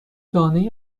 دانه